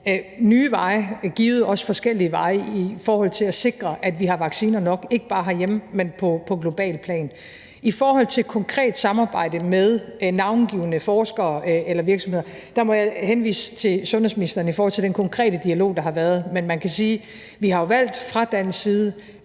nye veje og givet også forskellige veje i forhold til at sikre, at vi har vacciner nok, ikke bare hjemme, men på globalt plan. Med hensyn til et konkret samarbejde med navngivne forskere eller virksomheder må jeg henvise til sundhedsministeren i forhold til den konkrete dialog, der har været. Men man kan sige, at vi fra dansk side